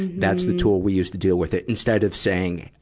that's the tool we use to deal with it, instead of saying, ah,